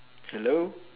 hello